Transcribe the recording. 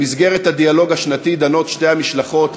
במסגרת הדיאלוג השנתי דנות שתי המשלחות,